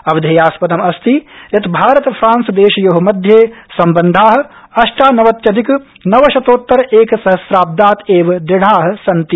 अवधेयास्पदम् अस्ति यत् भारत फ्रांस देशयो मध्ये सम्बन्धा अष्टानवत्यधिक नवशतोत्तर एकसहस्राब्दात् एव दृढा सन्ति